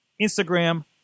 Instagram